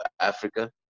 Africa